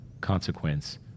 consequence